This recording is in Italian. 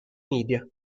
media